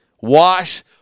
Wash